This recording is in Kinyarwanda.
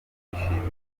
atabyishimiye